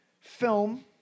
film